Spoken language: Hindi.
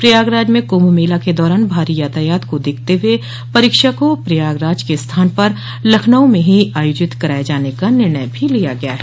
प्रयागराज में कुंभ मेला के दौरान भारी यातायात को देखते हुए परीक्षा को प्रयागराज के स्थान पर लखनऊ में ही आयोजित कराए जाने का निर्णय भी लिया गया है